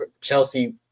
Chelsea